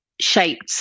shaped